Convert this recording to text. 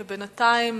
ובינתיים,